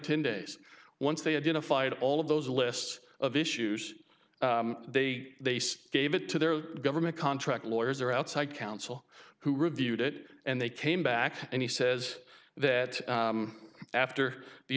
ten days once they identified all of those lists of issues they gave it to their government contract lawyers or outside counsel who reviewed it and they came back and he says that after the